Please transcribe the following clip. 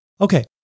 Okay